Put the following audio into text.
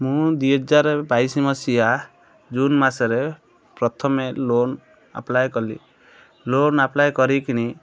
ମୁଁ ଦୁଇ ହଜାର ବାଇଶି ମସିହା ଜୁନ୍ ମାସରେ ପ୍ରଥମେ ଲୋନ୍ ଆପ୍ଲାଏ କଲି ଲୋନ୍ ଆପ୍ଲାଏ କରିକିନି